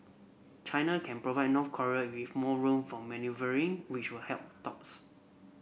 China can provide North Korea with more room for manoeuvring which will help dogs